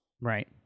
Right